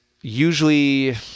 usually